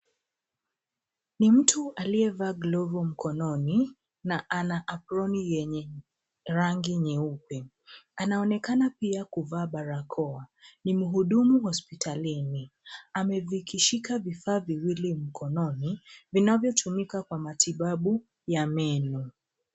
Ni mtu aliyevaa glovu mkononi na ana aproni yenye rangi nyeupe. Anaonekana pia kuvaa barakoa. Ni mhudumu hospitalini. Amevikishika vifaa viwili mkononi, vinavyotumika kwa matibabu ya meno.